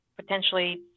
potentially